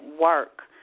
work